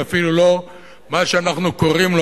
ואפילו לא מה שאנחנו קוראים לו,